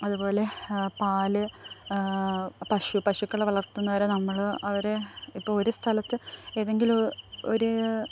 അതുപോലെ പാൽ പശു പശുക്കളെ വളര്ത്തുന്നവരെ നമ്മൾ അവരെ ഇപ്പോൾ ഒരു സ്ഥലത്ത് ഏതെങ്കിലും ഒരു